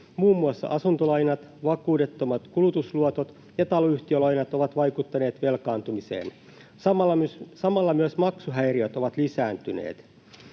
Muun muassa asuntolainat, vakuudettomat kulutusluotot ja taloyhtiölainat ovat vaikuttaneet velkaantumiseen. Samalla myös maksuhäiriöt ovat lisääntyneet.